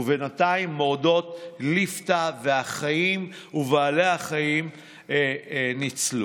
ובינתיים מורדות ליפתא והחיים ובעלי החיים ניצלו.